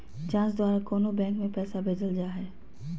जाँच द्वारा कोनो बैंक में पैसा भेजल जा हइ